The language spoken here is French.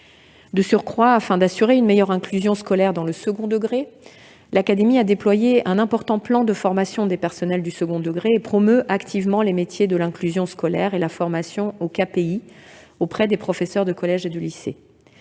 De surcroît, afin d'assurer une meilleure inclusion scolaire dans le second degré, l'académie a déployé un important plan de formation des personnels du second degré et promeut activement les métiers de l'inclusion scolaire et la formation au certificat d'aptitude professionnelle